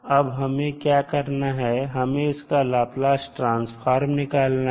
अब हमें क्या करना है हमें इसका लाप्लास ट्रांसफार्म निकालना है